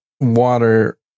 water